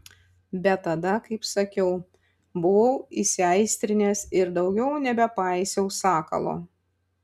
bet tada kaip sakiau buvau įsiaistrinęs ir daugiau nebepaisiau sakalo